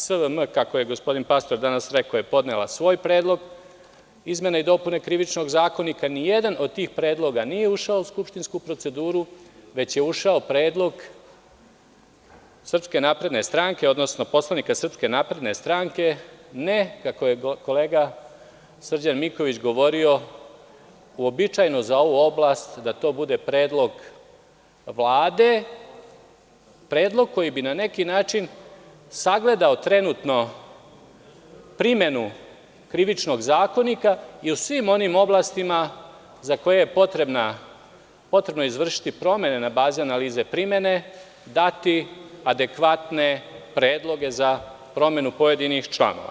SVM, kako je gospodin Pastor danas rekao, je podnela svoj predlog izmene i dopune Krivičnog zakonika i nijedan od tih predloga nije ušao u skupštinsku proceduru, već je ušao predlog Srpske napredne stranke, odnosno poslanika Srpske napredne stranke, ne, kako je kolega Srđan Miković govorio, uobičajeno za ovu oblast da to bude predlog Vlade, predlog koji bi na neki način sagledao trenutno primenu Krivičnog zakonika i u svim onim oblastima za koje je potrebno izvršiti promene na bazi analize primene, dati adekvatne predloge za promenu pojedinih članova.